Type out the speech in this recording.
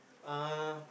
uh